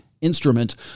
instrument